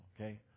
okay